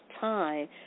time